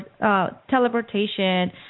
teleportation